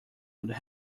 would